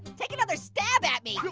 take another stab at me.